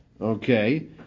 Okay